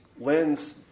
lens